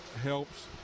helps